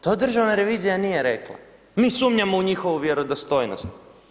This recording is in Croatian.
To državna revizija nije rekla – mi sumnjamo u njihovu vjerodostojnost.